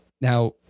Now